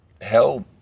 help